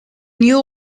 knew